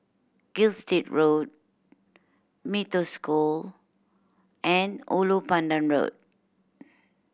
Gilstead Road Mee Toh School and Ulu Pandan Road